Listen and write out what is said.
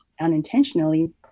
unintentionally